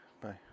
Bye